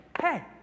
hey